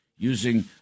using